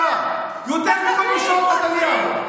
144. יותר מכל ממשלות נתניהו.